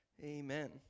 Amen